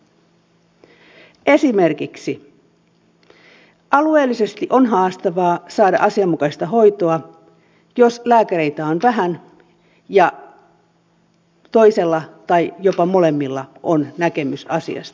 esimerkiksi alueellisesti on haastavaa saada asianmukaista hoitoa jos lääkäreitä on vähän ja toisella tai jopa molemmilla on näkemys asiasta